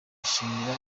bishimira